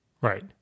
Right